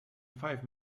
five